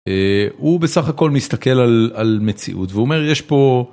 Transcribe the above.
הוא בסך הכל מסתכל על על מציאות ואומר יש פה.